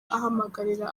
ahamagarira